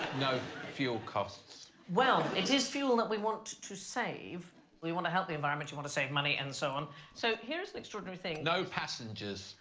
no fuel costs well it is fuel that we want to save we want to help the environment you want to save money and so on so here's an extraordinary thing no passengers.